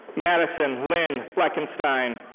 madison lynn fleckenstein.